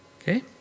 Okay